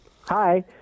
Hi